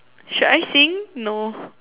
should I sing no